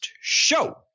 Show